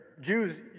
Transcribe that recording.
Jews